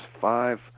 five